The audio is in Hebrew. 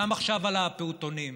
גם עכשיו על הפעוטונים.